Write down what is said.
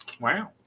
Wow